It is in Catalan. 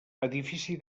edifici